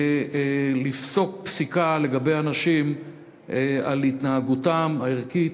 לפסוק פסיקה לגבי אנשים על התנהגותם הערכית,